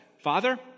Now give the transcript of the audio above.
Father